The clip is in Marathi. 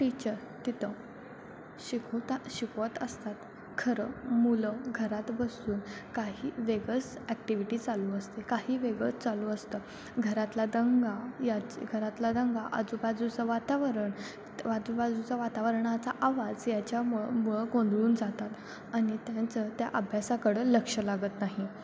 टीचर तिथं शिकवता शिकवत असतात खरं मुलं घरात बसून काही वेगळंच ॲक्टिव्हिटी चालू असते काही वेगळंच चालू असतं घरातला दंगा याची घरातला दंगा आजूबाजूचं वातावरण आजूबाजूचा वातावरणाचा आवाज याच्यामुळं मुळं गोंधळून जातात आणि त्यांचं त्या अभ्यासाकडं लक्ष लागत नाही